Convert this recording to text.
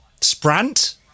sprant